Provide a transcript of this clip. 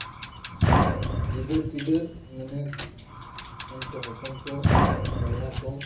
ᱜᱤᱫᱟᱹᱨ ᱯᱤᱫᱟᱹᱨ ᱢᱮᱱᱮᱠ ᱦᱚᱱᱠᱚ ᱦᱚᱯᱚᱱ ᱠᱚ ᱵᱚᱭᱦᱟ ᱠᱚ